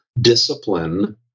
discipline